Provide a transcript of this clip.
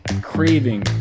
craving